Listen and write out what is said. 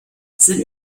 sind